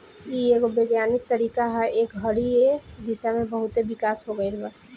इ एगो वैज्ञानिक तरीका ह ए घड़ी ए दिशा में बहुते विकास हो गईल बा